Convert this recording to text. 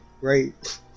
right